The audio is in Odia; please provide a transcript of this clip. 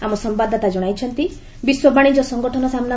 ଆମ ସମ୍ଭାଦଦାତା ଜଣାଇଛନ୍ତି ବିଶ୍ୱ ବାଣିଜ୍ୟ ସଂଗଠନ ସାମୁ